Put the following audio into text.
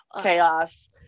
chaos